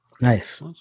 Nice